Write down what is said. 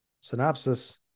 Synopsis